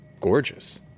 gorgeous